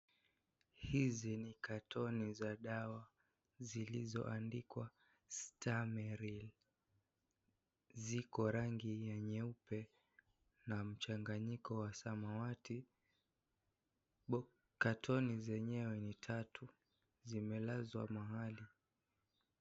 Hizi ni katoni za dawa zilizoandikwa Stamaril, ziko rangi ya nyeupe na mchanganyiko wa samawati , katoni zenyewe ni tatu zimelazwa mahali.